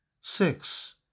Six